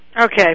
okay